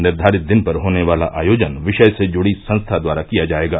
निर्धारित दिन पर होने वाला आयोजन विषय से जुड़ी संस्था द्वारा किया जाएगा